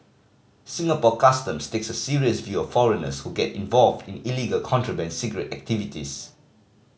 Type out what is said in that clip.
Singapore Customs takes a serious view of foreigners who get involved in illegal contraband cigarette activities